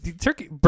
turkey